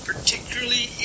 Particularly